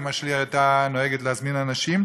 אימא שלי הייתה נוהגת להזמין אנשים,